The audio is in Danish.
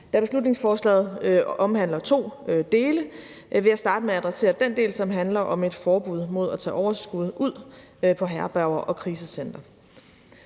Da beslutningsforslaget omhandler to dele, vil jeg starte med at adressere den del, som handler om et forbud mod at tage overskud ud fra herberger og krisecentre.